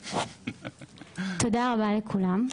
תודה רבה לכולם.